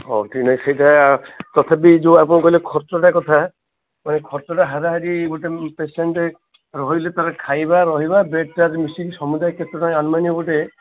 ହଉ ଠିକ ଅଛି ସେଇଟା ତଥାପି ଯେଉଁ ଆପଣ କହିଲେ ଖର୍ଚ୍ଚଟା କଥା ତ ଏହି ଖର୍ଚ୍ଚଟା ହାରାହାରି ଗୋଟେ ପେସେଣ୍ଟ୍ ରହିଲେ ତା'ହେଲେ ଖାଇବା ରହିବା ବେଡ଼୍ ଚାର୍ଜ୍ ମିଶିକି ସମୁଦାୟ କେତେ ଟଙ୍କା ଆନୁମାନିକ ହେବ ଗୋଟେ